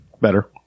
Better